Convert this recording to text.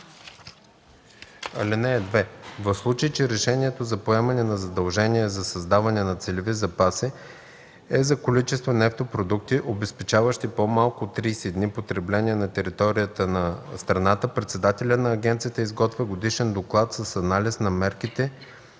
(2) В случай че решението за поемане на задължение за създаване на целеви запаси е за количества нефтопродукти, обезпечаващи по-малко от 30 дни потребление на територията на страната, председателят на агенцията изготвя годишен доклад с анализ на мерките,